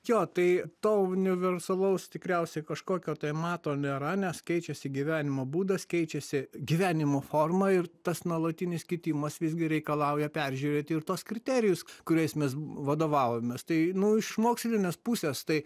jo tai to universalaus tikriausiai kažkokio tai mato nėra nes keičiasi gyvenimo būdas keičiasi gyvenimo forma ir tas nuolatinis kitimas visgi reikalauja peržiūrėt ir tuos kriterijus kuriais mes vadovavomės tai nu iš mokslinės pusės tai